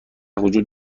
وجود